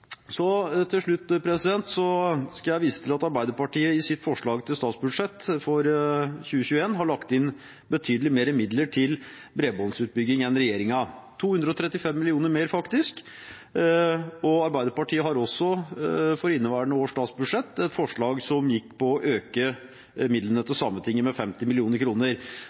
Til slutt vil jeg vise til at Arbeiderpartiet i sitt forslag til statsbudsjett for 2021 har lagt inn betydelig mer midler til bredbåndsutbygging enn regjeringen – 235 mill. kr mer, faktisk. Arbeiderpartiet hadde også for inneværende års statsbudsjett et forslag som gikk ut på å øke midlene til Sametinget med 50